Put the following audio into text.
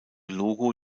logo